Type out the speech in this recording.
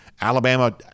Alabama